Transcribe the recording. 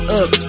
up